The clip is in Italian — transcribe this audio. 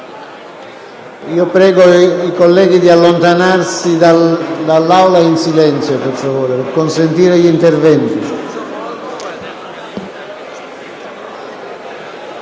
Prego i colleghi di allontanarsi dall’Aula in silenzio, per favore, per consentire gli interventi.